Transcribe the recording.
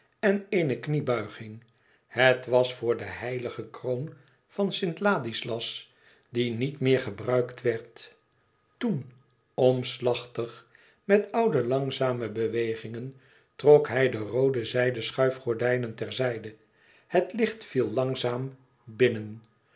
en eene kniebuiging het was voor de heilige kroon van st ladislas die niet meer gebruikt werd toen omslachtig met oude langzame bewegingen trok hij de roode zijden schuifgordijnen terzijde het licht viel langzaam binnen